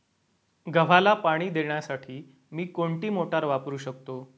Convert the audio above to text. गव्हाला पाणी देण्यासाठी मी कोणती मोटार वापरू शकतो?